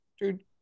Dude